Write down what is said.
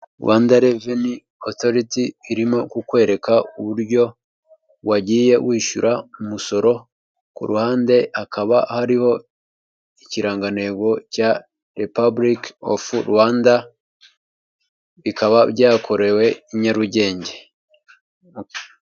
Rwanda reveni otoriti irimo kukwereka uburyo wagiye wishyura umusoro, ku ruhande hakaba hariho ikirangantego cya Repablike ofu Rwanda bikaba byakorewe i Nyarugenge.